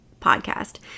podcast